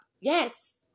Yes